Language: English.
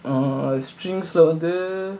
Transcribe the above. a string leh வந்து:vanthu